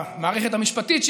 במערכת המשפטית,